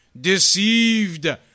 deceived